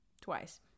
twice